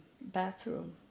bathroom